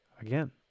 Again